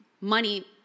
money